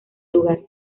lugar